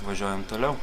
važiuojam toliau